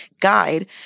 guide